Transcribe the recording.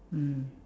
mm